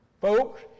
folks